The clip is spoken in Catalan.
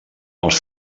els